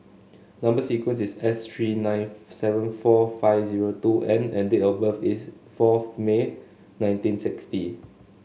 number sequence is S three nine seven four five zero two N and date of birth is fourth May nineteen sixty